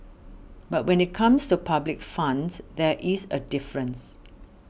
but when it comes to public funds there is a difference